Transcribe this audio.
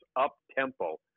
up-tempo